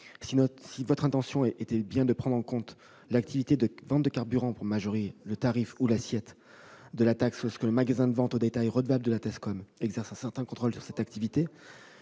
Votre intention est de prendre en compte l'activité de vente de carburant pour majorer le tarif ou l'assiette de la taxe, lorsque le magasin de vente au détail redevable de la TASCOM exerce un certain contrôle sur cette activité,